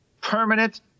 permanent